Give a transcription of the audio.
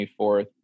24th